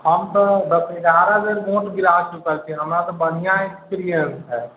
हम तऽ दस एगारह बेर भोट गिरा चुकल छियै हमरा तऽ बढ़िआँ इक्स्पिरीयन्स हइ